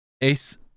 Ace